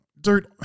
dude